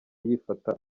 yifata